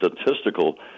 statistical